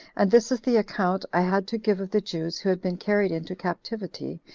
and this is the account i had to give of the jews who had been carried into captivity,